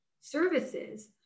services